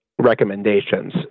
Recommendations